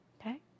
Okay